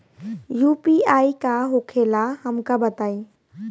UPI का होखेला हमका बताई?